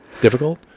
Difficult